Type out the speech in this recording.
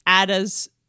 Ada's